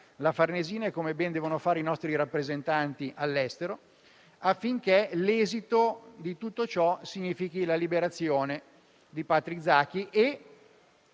la Farnesina e come ben devono fare i nostri rappresentanti all'estero, affinché l'esito di tutto ciò sia la liberazione di Patrick Zaki.